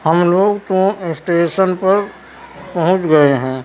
ہم لوگ تو اسٹیشن پر پہنچ گئے ہیں